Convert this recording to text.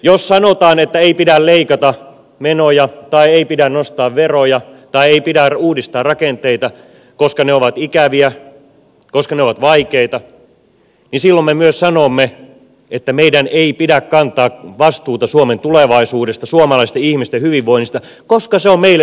jos sanotaan että ei pidä leikata menoja tai ei pidä nostaa veroja tai ei pidä uudistaa rakenteita koska ne ovat ikäviä koska ne ovat vaikeita niin silloin me myös sanomme että meidän ei pidä kantaa vastuuta suomen tulevaisuudesta suomalaisten ihmisten hyvinvoinnista koska se on meille liian vaikeaa